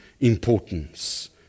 importance